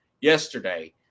yesterday